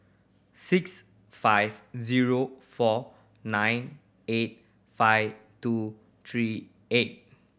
six five zero four nine eight five two three eight